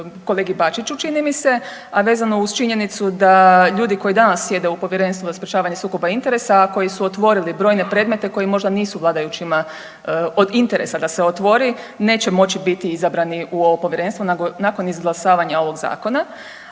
kolegi Bačiću čini mi se, a vezano uz činjenicu da ljudi koji danas sjede u Povjerenstvu za sprječavanje sukoba interesa, a koji su otvorili brojne predmete koji možda nisu vladajućima od interesa da se otvori neće moći biti izabrani u ovo povjerenstvo nakon izglasavanja ovog zakona,